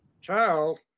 child